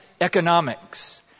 economics